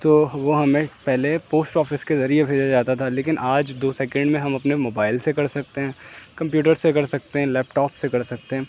تو وہ ہمیں پہلے پوسٹ آفس کے ذریعے بھیجا جاتا تھا لیکن آج دو سیکنڈ میں ہم اپنے موبائل سے کر سکتے ہیں کمپیوٹر سے کر سکتے ہیں لیپ ٹاپ سے کر سکتے ہیں